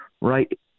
right